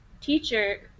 teacher